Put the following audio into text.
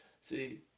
See